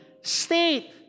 state